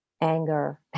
anger